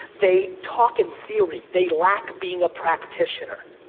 they talk in theory. they lack being a practitioner.